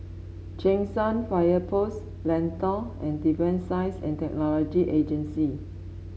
Cheng San Fire Post Lentor and Defence Science and Technology Agency